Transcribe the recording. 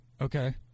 okay